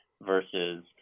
versus